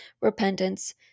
repentance